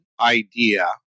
idea